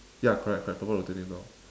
ya correct correct purple rotating door